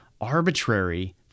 arbitrary –